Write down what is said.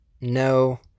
no